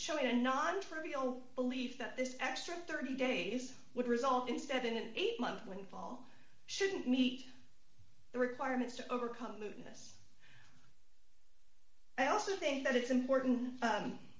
showing a non trivial believe that this extra thirty days would result in seven and eight months when paul shouldn't meet the requirements to overcome newton this i also think that it's important